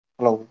Hello